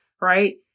right